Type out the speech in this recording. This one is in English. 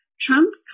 Trump